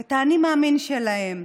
את האני-מאמין שלהם,